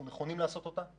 אנחנו נכונים לעשות אותה,